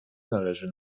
należy